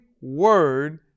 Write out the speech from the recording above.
word